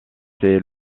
ces